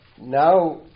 Now